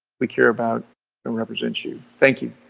we care about and represent you. thank you.